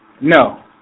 No